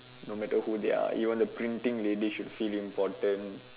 no matter who they are even the printing lady should feel important